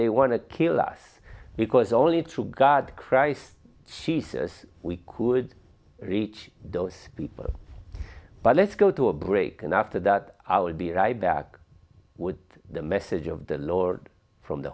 they want to kill us because only true god christ jesus we could reach those people but let's go to a break and after that i would be right back with the message of the lord from the